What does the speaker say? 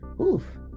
Oof